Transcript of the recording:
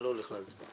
אני לא הולך להצביע.